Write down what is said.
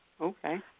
Okay